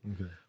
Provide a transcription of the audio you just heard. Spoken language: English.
Okay